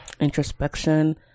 introspection